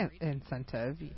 incentive